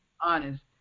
honest